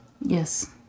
yes